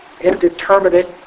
indeterminate